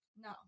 No